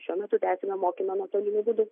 šiuo metu tęsiame mokymą nuotoliniu būdu